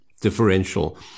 differential